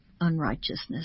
unrighteousness